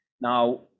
now